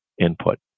input